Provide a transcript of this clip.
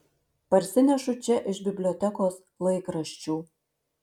parsinešu čia iš bibliotekos laikraščių